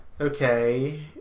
okay